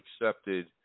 accepted